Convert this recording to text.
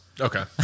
Okay